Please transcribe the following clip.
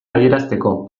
adierazteko